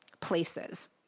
places